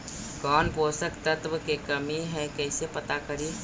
कौन पोषक तत्ब के कमी है कैसे पता करि?